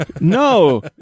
No